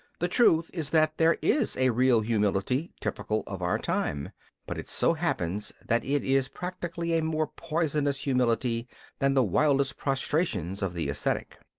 the truth is that there is a real humility typical of our time but it so happens that it is practically a more poisonous humility than the wildest prostrations of the ascetic.